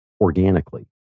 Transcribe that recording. organically